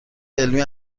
علمی